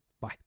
Bye